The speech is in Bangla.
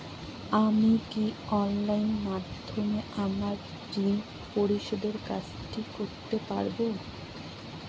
আমি কি অনলাইন মাধ্যমে আমার ঋণ পরিশোধের কাজটি করতে পারব?